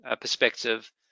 perspective